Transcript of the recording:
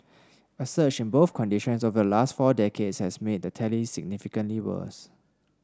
a surge in both conditions over the last four decades has made the tally significantly worse